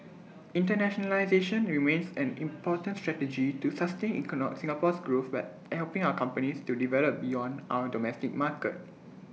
internationalisation remains an important strategy to sustain Singapore's growth by helping our companies to develop beyond our domestic market